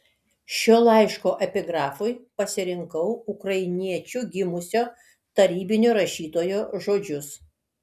šio laiško epigrafui pasirinkau ukrainiečiu gimusio tarybinio rašytojo žodžius